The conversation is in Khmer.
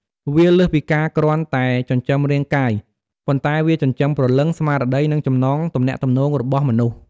វាលើសពីការគ្រាន់តែចិញ្ចឹមរាងកាយ ប៉ុន្តែវាចិញ្ចឹមព្រលឹង ស្មារតី និងចំណងទំនាក់ទំនងរបស់មនុស្ស។